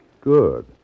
Good